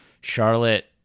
Charlotte